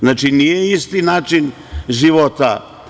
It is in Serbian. Znači, nije isti način života.